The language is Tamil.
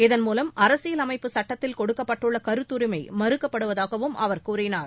இதன் மூலம் அரசியல் அமைப்பு சட்டத்தில் கொடுக்கப்பட்டுள்ள கருத்தரிமை மறுக்கப்படுவதாகவும் அவர் கூறினார்